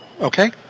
Okay